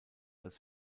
als